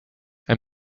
and